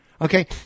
Okay